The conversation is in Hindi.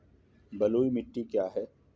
बलुई मिट्टी क्या है?